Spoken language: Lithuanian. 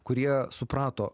kurie suprato